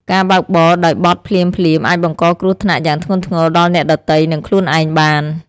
ការបើកបរដោយបទភ្លាមៗអាចបង្កគ្រោះថ្នាក់យ៉ាងធ្ងន់ធ្ងរដល់អ្នកដ៏ទៃនិងខ្លួនឯងបាន។